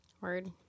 Word